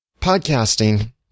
Podcasting